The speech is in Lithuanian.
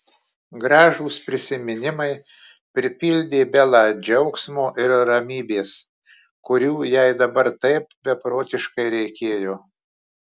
gražūs prisiminimai pripildė belą džiaugsmo ir ramybės kurių jai dabar taip beprotiškai reikėjo